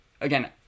again